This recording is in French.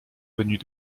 venus